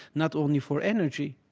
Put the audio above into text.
not only for energy,